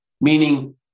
meaning